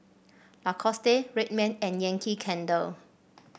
Lacoste Red Man and Yankee Candle